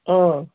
ꯑꯥ